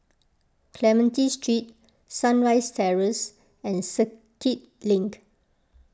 Clementi Street Sunrise Terrace and Circuit Link